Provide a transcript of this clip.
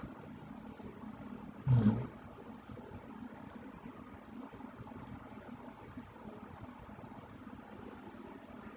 hmm